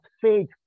faith